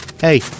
Hey